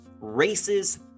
races